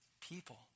people